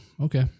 Okay